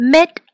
Mid